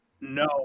No